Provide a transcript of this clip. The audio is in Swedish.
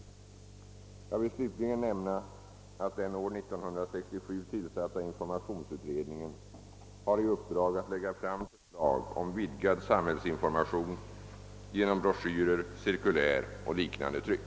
Jag vill slutligen nämna att den år 1967 tillsatta informationsutredningen har i uppdrag att lägga fram förslag om vidgad samhällsinformation genom broschyrer, cirkulär och liknande tryck.